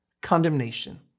Condemnation